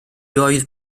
oedd